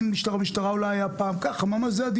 אין משטרה, משטרה אולי היה פעם", ככה זה הדיבור.